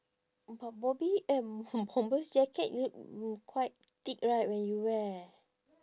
but bobby eh bom~ bombers jacket will quite thick right when you wear